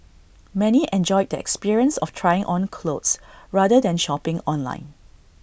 many enjoyed the experience of trying on clothes rather than shopping online